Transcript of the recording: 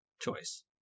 Choice